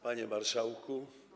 Panie Marszałku!